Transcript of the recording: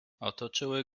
otoczyły